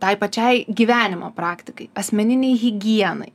tai pačiai gyvenimo praktikai asmeninei higienai